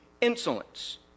Insolence